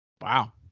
Wow